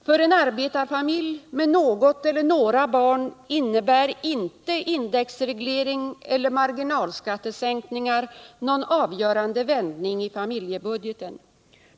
För en arbetarfamilj med något eller några barn innebär inte indexreglering eller marginalskattesänkning någon avgörande vändning i familjebudgeten.